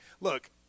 Look